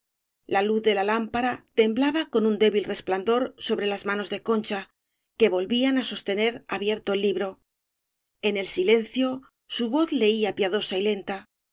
la luz de la lámpara temblaba con un débil resplandor sobre las manos de concha que volvían á sostener abierto el libro en el silencio su voz leía piadosa y lenta